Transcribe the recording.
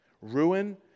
Ruin